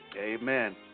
Amen